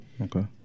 Okay